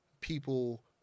people